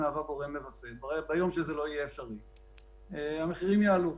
מהווה גורם מווסת המחירים יעלו.